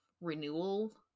renewal